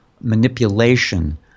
manipulation